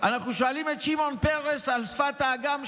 אנחנו שואלים את שמעון פרס על שפת האגם,